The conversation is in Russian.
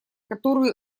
которые